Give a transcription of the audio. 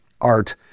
art